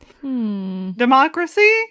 Democracy